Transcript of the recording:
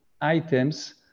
items